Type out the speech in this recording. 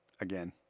again